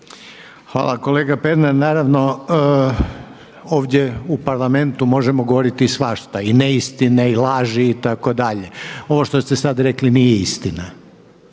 Hvala. Kolega Pernar naravno ovdje u Parlamentu možemo govoriti svašta i neistine i laži itd. Ovo što ste sad rekli nije istina.